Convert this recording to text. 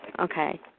Okay